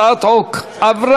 הצעת החוק עברה,